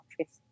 office